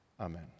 Amen